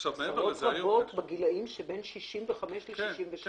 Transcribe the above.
עשרות רבות בגילאים שבין 65 ל-67?